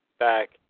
back